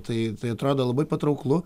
tai tai atrodo labai patrauklu